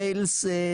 ויילס,